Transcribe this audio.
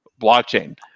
blockchain